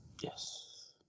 yes